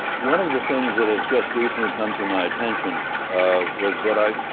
one of the things that has just recently come to my attention um was what i